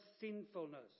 sinfulness